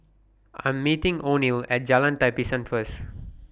I Am meeting Oneal At Jalan Tapisan First